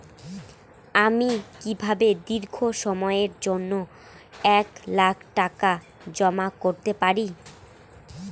আমি কিভাবে দীর্ঘ সময়ের জন্য এক লাখ টাকা জমা করতে পারি?